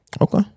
Okay